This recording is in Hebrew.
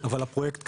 אבל הפרויקט קיים.